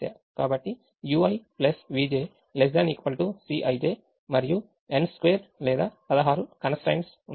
కాబట్టి ui vj ≤ Cij మరియు n2 లేదా 16 కన్స్ ట్రైన్ట్స్ ఉన్నాయి